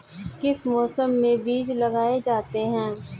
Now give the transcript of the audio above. किस मौसम में बीज लगाए जाते हैं?